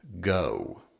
go